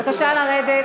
בבקשה לרדת.